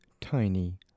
tiny